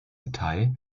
detail